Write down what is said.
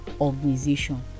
organization